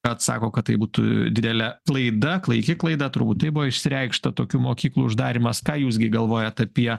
atsako kad tai būtų didelė klaida klaiki klaida turbūt tai buvo išsireikšta tokių mokyklų uždarymas ką jūs gi galvojat apie